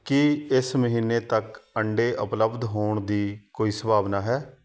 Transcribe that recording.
ਕੀ ਇਸ ਮਹੀਨੇ ਤੱਕ ਅੰਡੇ ਉਪਲੱਬਧ ਹੋਣ ਦੀ ਕੋਈ ਸੰਭਾਵਨਾ ਹੈ